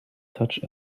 touch